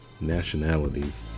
nationalities